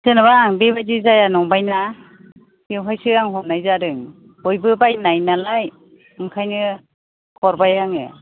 जेनेबा आं बेबायदि जाया नंबायना बेवहायसो आं हरनाय जादों बयबो बायनाय नालाय ओंखायनो हरबाय आङो